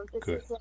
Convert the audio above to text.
good